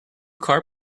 car